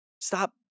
stop